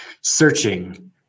searching